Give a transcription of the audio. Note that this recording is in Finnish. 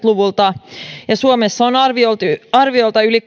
luvulta ja suomessa on arviolta yli